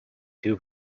two